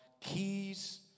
keys